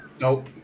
Nope